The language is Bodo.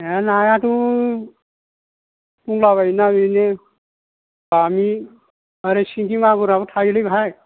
नायाथ' दंलाबायोना बिदिनो बामि ओरै सिंगि मागुराबो थायोलै बेहाय